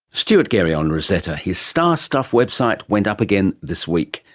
stuart gary on rosetta. his starstuff website went up again this week.